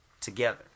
together